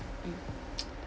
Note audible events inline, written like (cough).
mm (noise)